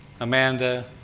Amanda